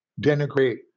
denigrate